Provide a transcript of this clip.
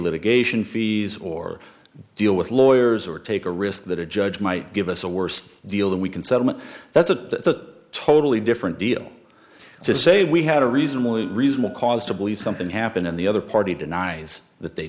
litigation fees or deal with lawyers or take a risk that a judge might give us a worse deal than we can settlement that's a totally different deal to say we had a reasonable reason a cause to believe something happened in the other party denies that they